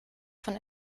von